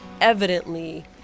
evidently